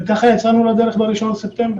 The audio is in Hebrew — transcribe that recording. וכך יצאנו לדרך ב-1 בספטמבר.